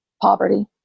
poverty